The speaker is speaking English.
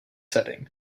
setting